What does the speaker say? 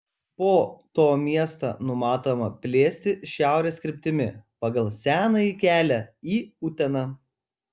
po to miestą numatoma plėsti šiaurės kryptimi pagal senąjį kelią į uteną